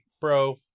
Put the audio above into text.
bro